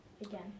again